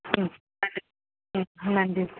ம் நன்றி ம் நன்றி